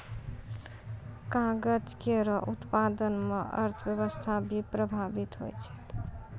कागज केरो उत्पादन म अर्थव्यवस्था भी प्रभावित होय छै